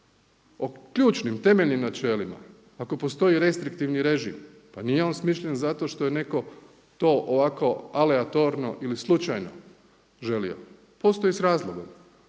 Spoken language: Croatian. o ključnim temeljnim načelima. Ako postoji restriktivni režim, pa nije on smišljen zato što je neko to ovako aleatorno ili slučajno želio. Postoji s razlogom